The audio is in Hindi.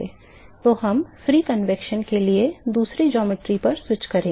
तो हम मुक्त संवहन के लिए दूसरी ज्यामिति पर स्विच करेंगे